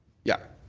yeah.